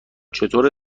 چطور